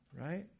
right